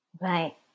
Right